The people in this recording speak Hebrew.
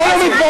אתה לא מתבייש?